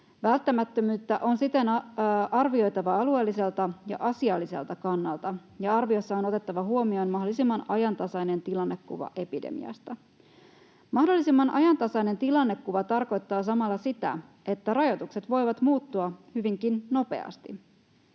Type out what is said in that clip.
Välttämättömyyttä on siten arvioitava alueelliselta ja asialliselta kannalta, ja arviossa on otettava huomioon mahdollisimman ajantasainen tilannekuva epidemiasta. Mahdollisimman ajantasainen tilannekuva tarkoittaa samalla sitä, että rajoitukset voivat muuttua hyvinkin nopeasti.